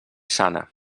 sana